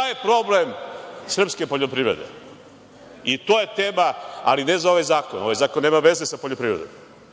je problem srpske poljoprivrede? To je tema, ali ne za ovaj zakon. Ovaj zakon nema veze sa poljoprivredom,